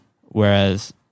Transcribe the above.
Whereas